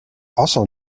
also